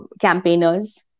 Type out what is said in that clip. campaigners